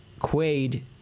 Quaid